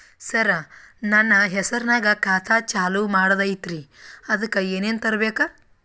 ಸರ, ನನ್ನ ಹೆಸರ್ನಾಗ ಖಾತಾ ಚಾಲು ಮಾಡದೈತ್ರೀ ಅದಕ ಏನನ ತರಬೇಕ?